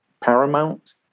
paramount